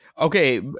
Okay